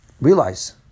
realize